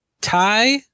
tie